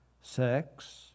sex